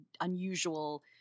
unusual